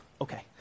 okay